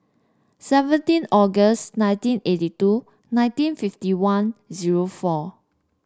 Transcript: seventeen August nineteen eighty two nineteen fifty one zero four